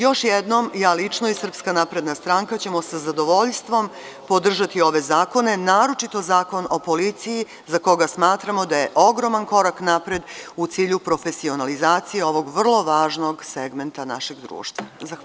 Još jednom, ja lično i SNS ćemo sa zadovoljstvom podržati ove zakone, naročito Zakon o policiji za koji smatramo da je ogroman korak napred u cilju profesionalizacije ovog vrlo važnog segmenta našeg društva.